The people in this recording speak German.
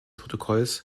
protokolls